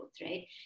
right